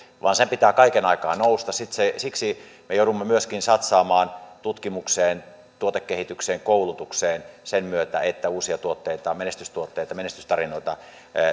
vaan sen pitää kaiken aikaa nousta siksi me joudumme satsaamaan myöskin tutkimukseen tuotekehitykseen koulutukseen sen myötä että uusia tuotteita menestystuotteita ja menestystarinoita